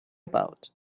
about